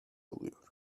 oluyor